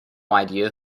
idea